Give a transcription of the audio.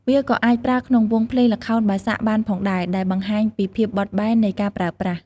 វាក៏អាចប្រើក្នុងវង់ភ្លេងល្ខោនបាសាក់បានផងដែរ ដែលបង្ហាញពីភាពបត់បែននៃការប្រើប្រាស់។